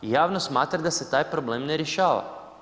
Javnost smatra da se taj problem ne riješava.